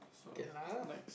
can lah